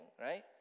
right